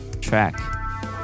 track